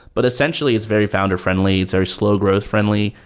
but essentially it's very founder-friendly. it's very slow-growth friendly.